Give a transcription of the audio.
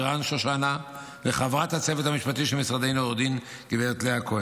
שושנה וחברת הצוות המשפטי של משרדנו עו"ד גב' לאה כהן.